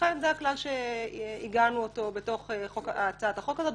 לכן זה הכלל שעיגנו בתוך הצעת החוק הזאת,